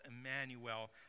Emmanuel